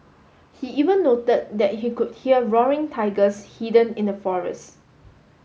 he even noted that he could hear roaring tigers hidden in the forest